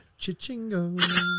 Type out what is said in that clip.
Chichingo